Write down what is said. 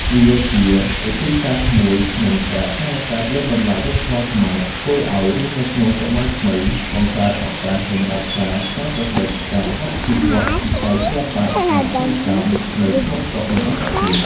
វាជាវិធីសាស្រ្តមួយក្នុងការថែរក្សា លើកតម្លៃវប្បធម៌ខ្មែរ ធ្វើឲ្យរស់នៅក្នុងសម័យថ្មី បង្កើតឱកាសសម្រាប់ការច្នៃប្រឌិត ការអភិវឌ្ឍវិស័យសិល្បៈ អាជីវកម្មនៅក្នុងស្រុក និងអន្តរជាតិ។